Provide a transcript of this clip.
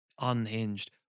unhinged